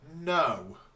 no